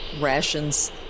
rations